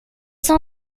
cent